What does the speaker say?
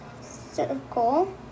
circle